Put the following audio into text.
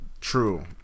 True